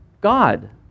God